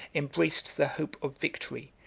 embraced the hope of victory,